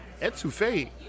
Etouffee